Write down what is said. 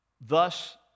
Thus